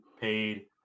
paid